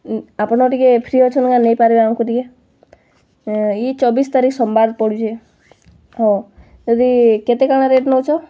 ଆପଣ ଟିକେ ଫ୍ରୀ ଅଛନ୍ କେଁ ନେଇ ପାର୍ବେ ଆମକୁ ଟିକେ ଇ ଚବିଶ୍ ତାରିଖ୍ ସୋମବାର୍ ପଡ଼ୁଚେ ହଁ ଯଦି କେତେ କାଣା ରେଟ୍ ନଉଛ